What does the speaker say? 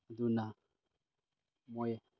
ꯑꯗꯨꯅ ꯃꯣꯏ